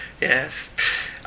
Yes